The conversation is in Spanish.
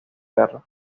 guerra